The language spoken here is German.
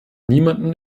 niemanden